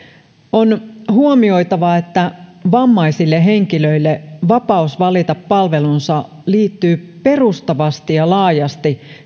on huomioitava että vammaisille henkilöille vapaus valita palvelunsa liittyy perustavasti ja laajasti